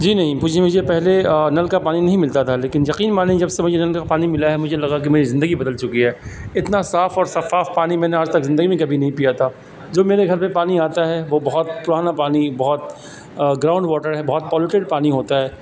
جی نہیں پوچھیے مجھے پہلے نل کا پانی نہیں ملتا تھا لیکن یقین مانیے جب سے مجھے نل کا پانی ملا ہے مجھے لگا کہ میری زندگی بدل چکی ہے اتنا صاف اور شفاف پانی میں نے آج تک زندگی میں کبھی نہیں پیا تھا جو میرے گھر پہ پانی آتا ہے وہ بہت پرانا پانی بہت گراؤنڈ واٹر ہے بہت پالوٹیڈ پانی ہوتا ہے